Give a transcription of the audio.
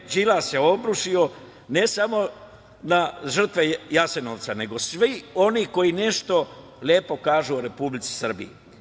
Đilas se obrušio ne samo na žrtve Jasenovca nego svih onih koji nešto lepo kažu o Republici Srbiji.